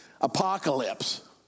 apocalypse